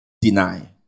deny